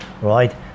right